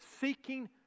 seeking